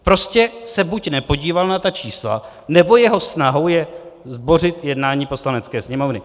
Buď se prostě nepodíval na ta čísla, nebo jeho snahou je zbořit jednání Poslanecké sněmovny.